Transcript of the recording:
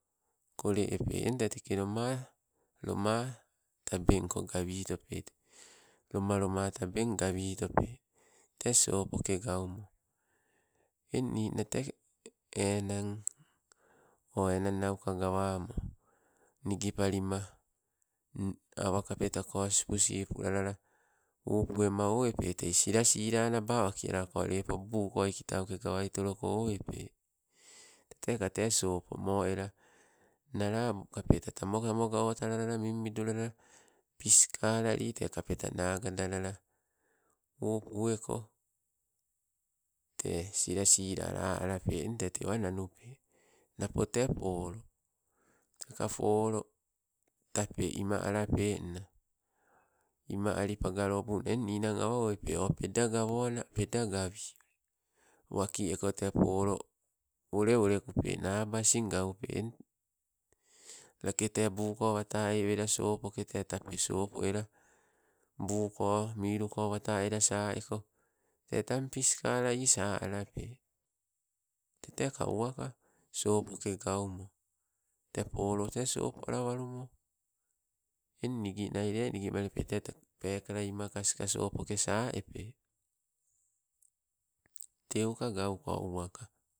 Kole epe eng te teke loma tabenko gawitope loma loma taben gawitope. Te sopoke gaumo ninna te eng oh enan nauka gawamo, nigi palima awa kapeta sipusipu lalala upu ema owepe sila sila naba wakialako lepo buuko kitauke gawaitoloko owepe. Teteka te sopo mo ela, nala kapeta tamogo, tamogo otalala mimidu lalala peskalali te kapeta nagadalala. Upu eko te silasila la alape en te tewa nanupe. Napo te polo teka polo tape ima alapenna ima ali pagalobuma, eng ninang awa owepe oh peda gawona gawi. Waki eko te polo, wole wolekupe taba asin gaupe. Lake te buuko wata eii wela sopoke, te tape sopoke sopo ele, buuko miluko wata ela sa eko te tang piskala ii sa alape. Tete ka uwaka sopoke gaumo polo te sopo alawalumo. Eng niginai lea nigimalipe, te taba pekala imakaska sopoke saepe, teuka gauko uwaka.